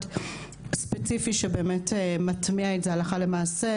ספציפי שבאמת מטמיע את זה הלכה למעשה,